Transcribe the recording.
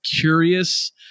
curious